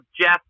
Jeff